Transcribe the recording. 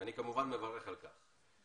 ואני כמובן מברך על כך.